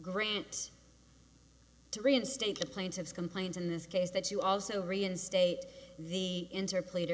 grant to reinstate the plaintiff's complaint in this case that you also reinstate the interplay